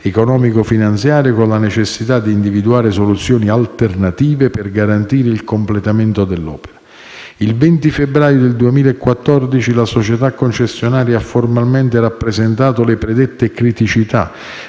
economico-finanziario, con la necessità di individuare soluzioni alternative per garantire il completamento dell'opera. Il 20 febbraio 2014 la società concessionaria ha formalmente rappresentato le predette criticità